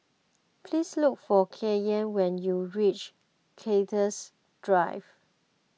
please look for Kanye when you reach Cactus Drive